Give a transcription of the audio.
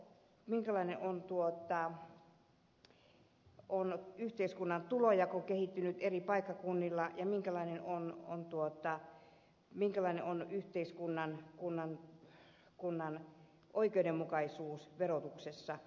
millä lailla on yhteiskunnan tulonjako kehittynyt eri paikkakunnilla ja minkälainen on yhteiskunnan oikeudenmukaisuus verotuksessa